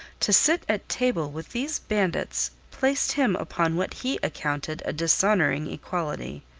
to sit at table with these bandits placed him upon what he accounted a dishonouring equality.